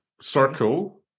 circle